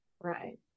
Right